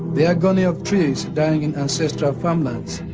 the ogoni of trees dying in ancestral farmlands,